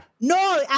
No